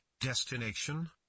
destination